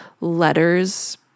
letters